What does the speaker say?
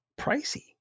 pricey